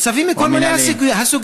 צווים מכל מיני סוגים.